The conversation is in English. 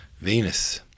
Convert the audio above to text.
Venus